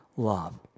love